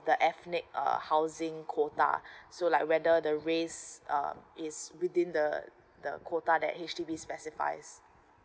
the ethnic housing quota so like whether the race uh is within the the quota that H_D_B specify